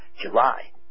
July